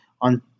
on